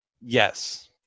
Yes